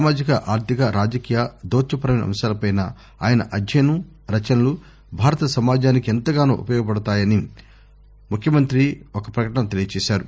సామాజిక ఆర్థిక రాజకీయ దౌత్యపరమైన అంశాలపై ఆయన అధ్యయనం రచనలు భారత సమాజానికి ఎంతగానో ఉపయోగపడుతాయని ముఖ్యమంతి ఒక పకటనలో తెలియజేశారు